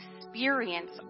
experience